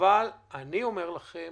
אני אומר לכם,